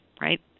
right